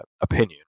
opinion